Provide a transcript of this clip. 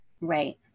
Right